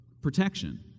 protection